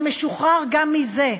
ואתה משוחרר גם מזה.